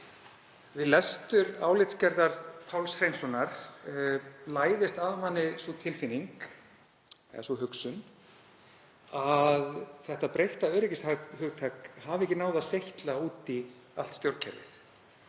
Við lestur álitsgerðar Páls Hreinssonar læðist að manni sú hugsun að þetta breytta öryggishugtak hafi ekki náð að seytla út í allt stjórnkerfið.